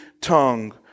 tongue